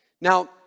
Now